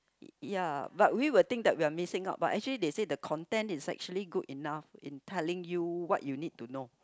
ya but we will think that we will missing out but actually they said the content is actually good enough in telling you what you need to know